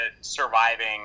surviving